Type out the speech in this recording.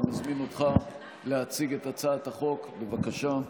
אני מזמין אותך להציג את הצעת החוק, בבקשה.